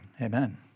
Amen